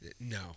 no